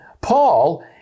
Paul